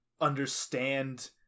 understand